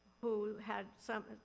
who had some,